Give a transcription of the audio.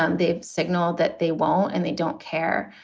um they've signaled that they will and they don't care.